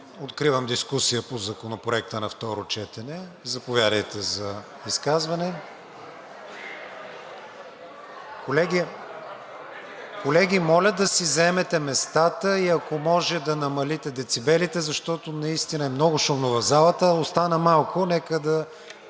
Откривам дискусия по Законопроекта на второ четене. Заповядайте за изказване. Колеги, моля да си заемете местата и ако може, да намалите децибелите, защото наистина е много шумно в залата, а остана малко, нека да